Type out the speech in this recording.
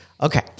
okay